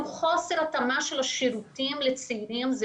גם חוסר התאמה של השירותים לצעירים זה